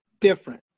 different